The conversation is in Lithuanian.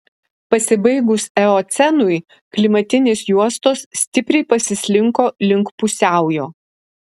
pasibaigus eocenui klimatinės juostos stipriai pasislinko link pusiaujo